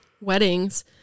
weddings